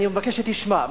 אני מבקש שתשמע,